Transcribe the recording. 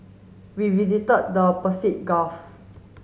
we visited the Gulf